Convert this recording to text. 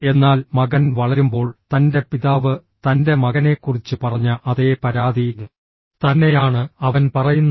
എന്നാൽ മകൻ വളരുമ്പോൾ തൻ്റെ പിതാവ് തൻ്റെ മകനെക്കുറിച്ച് പറഞ്ഞ അതേ പരാതി തന്നെയാണ് അവൻ പറയുന്നതും